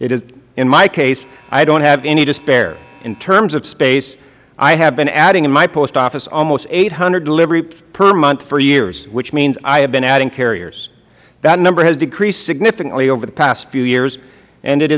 facility in my case i don't have any to spare in terms of space i have been adding in my post office almost eight hundred deliveries per month for years which means i have been adding carriers that number has decreased significantly over the past few years and it